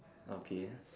okay